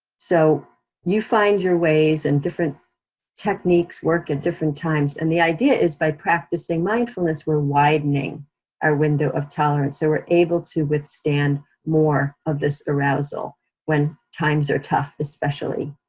so you find your ways, and different techniques work at different times, and the idea is by practicing mindfulness, we're widening our window of tolerance, so we're able to withstand more of this arousal when times are tough, especially,